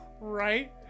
Right